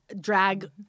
drag